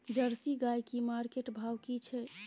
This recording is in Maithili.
जर्सी गाय की मार्केट भाव की छै?